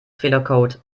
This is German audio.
fehlercode